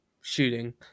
shooting